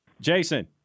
Jason